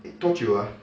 多久 ah